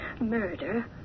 murder